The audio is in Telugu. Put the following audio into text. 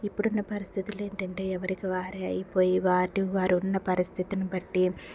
ఇప్పుడున్న పరిస్థితుల్లో ఏమిటంటే ఎవరికి వారే అయిపోయి వారిని వారు ఉన్న పరిస్థితిని బట్టి